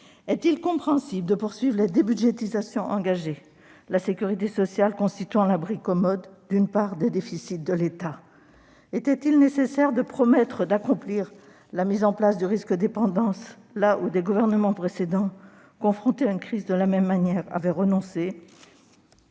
Est-il compréhensible de poursuivre les débudgétisations engagées, la sécurité sociale constituant l'abri commode d'une part des déficits de l'État ? Était-il nécessaire de promettre l'accomplissement de la mise en place du risque dépendance, là où les gouvernements précédents, confrontés à une crise de la même manière, avaient renoncé ?